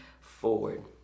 forward